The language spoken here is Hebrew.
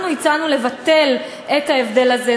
אנחנו הצענו לבטל את ההבדל הזה.